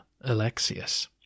Alexius